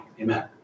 amen